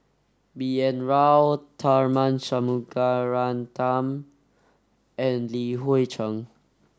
B N Rao Tharman Shanmugaratnam and Li Hui Cheng